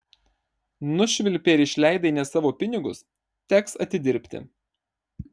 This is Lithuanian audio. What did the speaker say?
nušvilpei ir išleidai ne savo pinigus teks atidirbti